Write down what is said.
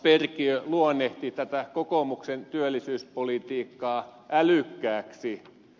perkiö luonnehti tätä kokoomuksen työllisyyspolitiikkaa älykkääksi